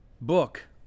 book